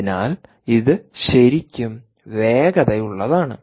അതിനാൽ ഇത് ശരിക്കും വേഗതയുള്ളതാണ്